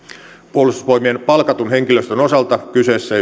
puolustusvoimien palkatun henkilöstön osalta kyseessä